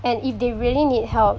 and if they really need help